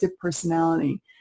personality